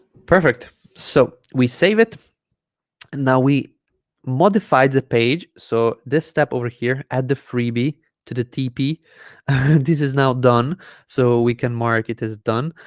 perfect so we save it and now we modified the page so this step over here add the freebie to the tp this is now done so we can mark it as done